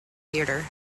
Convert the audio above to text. theatre